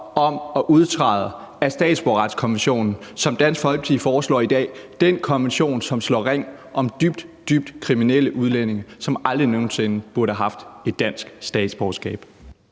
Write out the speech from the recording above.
om at udtræde af statsborgerretskonventionen, som Dansk Folkeparti foreslår i dag; den konvention, som slår ring om dybt, dybt kriminelle udlændinge, som aldrig nogen sinde burde have haft et dansk statsborgerskab?